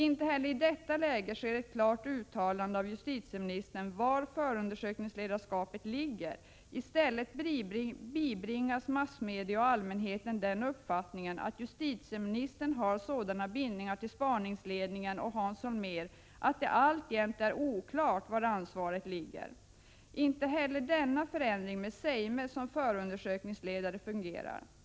Inte heller i detta läge görs ett klart uttalande av justitieministern om var förundersökningsledarskapet ligger. I stället bibringas massmedia och allmänheten den uppfattningen att justitieministern har sådana bindningar till spaningsledningen och Hans Holmér att det alltjämt är oklart var ansvaret ligger. Inte heller denna förändring med Zeime som förundersökningsledare fungerar.